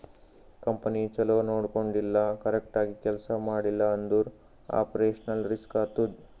company ಛಲೋ ನೊಡ್ಕೊಂಡಿಲ್ಲ, correct ಆಗಿ ಕೆಲ್ಸಾ ಮಾಡ್ತಿಲ್ಲ ಅಂದುರ್ ಆಪರೇಷನಲ್ ರಿಸ್ಕ್ ಆತ್ತುದ್